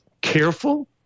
careful